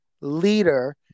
leader